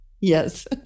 Yes